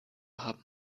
haben